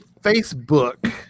Facebook